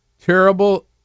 terrible